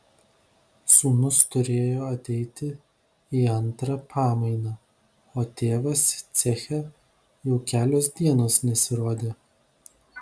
sūnus turėjo ateiti į antrą pamainą o tėvas ceche jau kelios dienos nesirodė